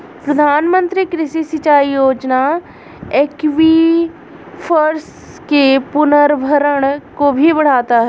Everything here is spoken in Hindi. प्रधानमंत्री कृषि सिंचाई योजना एक्वीफर्स के पुनर्भरण को भी बढ़ाता है